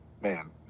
man